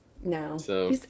No